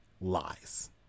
Lies